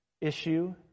issue